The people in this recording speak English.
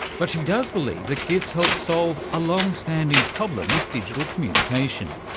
but she does believe that gifs help solve a long-standing problem with digital communication.